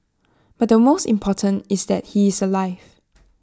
but the most important is that he is alive